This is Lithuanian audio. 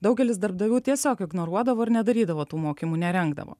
daugelis darbdavių tiesiog ignoruodavo ir nedarydavo tų mokymų nerengdavo